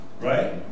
right